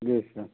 जी sir